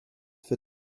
for